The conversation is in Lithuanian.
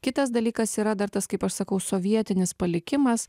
kitas dalykas yra dar tas kaip aš sakau sovietinis palikimas